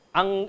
ang